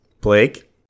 Blake